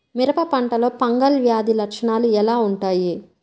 మిరప పంటలో ఫంగల్ వ్యాధి లక్షణాలు ఎలా వుంటాయి?